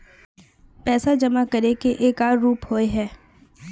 पैसा जमा करे के एक आर रूप होय है?